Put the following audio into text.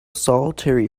solitary